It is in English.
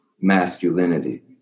masculinity